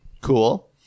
Cool